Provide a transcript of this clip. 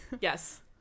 Yes